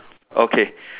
okay